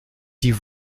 die